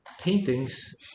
paintings